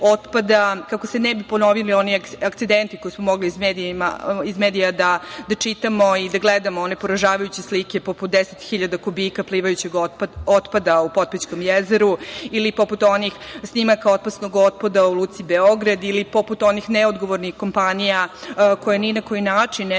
kako se ne bi ponovili oni akcedenti koji smo mogli iz medija da čitamo i da gledamo, one poražavajuće slike poput deset hiljada kubika plivajućeg otpada u Potpećkom jezeru ili poput onih snimaka opasnog otpada u luci Beograd ili poput onih neodgovornih kompanija koje ni na koji način ne